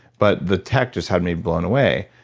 but the tech just had me blown away.